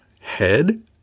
head